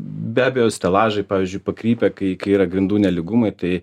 be abejo stelažai pavyzdžiui pakrypę kai yra grindų nelygumai tai